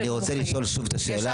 אחדד את השאלה.